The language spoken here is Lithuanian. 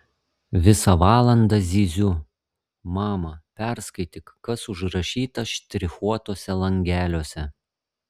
visą valandą zyziu mama perskaityk kas užrašyta štrichuotuose langeliuose